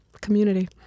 Community